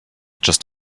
just